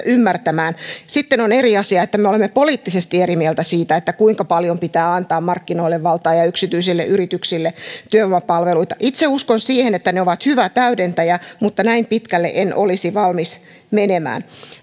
ymmärtämään sitten on eri asia että me olemme poliittisesti eri mieltä siitä kuinka paljon pitää antaa markkinoille valtaa ja yksityisille yrityksille työvoimapalveluita itse uskon siihen että ne ovat hyvä täydentäjä mutta näin pitkälle en olisi valmis menemään oikeastaan